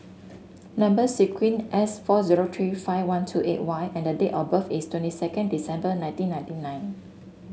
number sequence S four zero three five one two eight Y and date of birth is twenty second December nineteen ninety nine